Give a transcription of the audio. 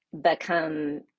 become